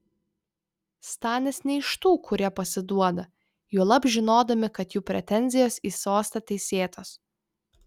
stanis ne iš tų kurie pasiduoda juolab žinodami kad jų pretenzijos į sostą teisėtos